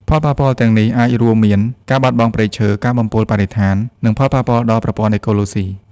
ផលប៉ះពាល់ទាំងនេះអាចរួមមាន ការបាត់បង់ព្រៃឈើ ការបំពុលបរិស្ថាន និងផលប៉ះពាល់ដល់ប្រព័ន្ធអេកូឡូស៊ី។